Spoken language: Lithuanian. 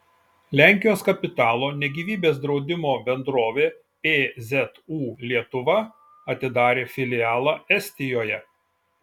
lenkijos kapitalo ne gyvybės draudimo bendrovė pzu lietuva atidarė filialą estijoje